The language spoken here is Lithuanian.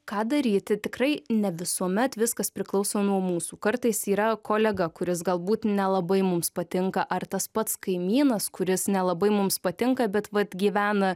ką daryti tikrai ne visuomet viskas priklauso nuo mūsų kartais yra kolega kuris galbūt nelabai mums patinka ar tas pats kaimynas kuris nelabai mums patinka bet vat gyvena